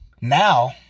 Now